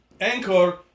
anchor